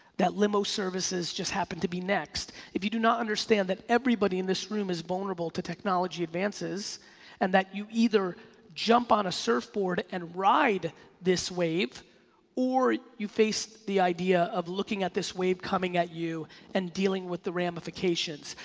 that limo services just happen to be next, if you do not understand that everybody in this room is vulnerable to technology advances and that you either jump on a surf board and ride this wave or you face the idea of looking at this wave coming at you and dealing with the ramifications.